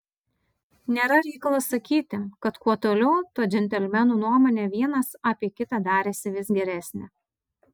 nėra reikalo sakyti kad kuo toliau tuo džentelmenų nuomonė vienas apie kitą darėsi vis geresnė